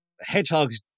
Hedgehogs